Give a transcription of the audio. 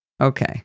Okay